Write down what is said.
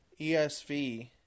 esv